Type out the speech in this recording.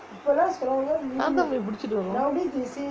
நான்தான் போய் புடிச்சிட்டு வருவேன்:naanthaan poi puduchittu varuvaen